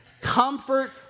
Comfort